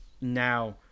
Now